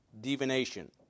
divination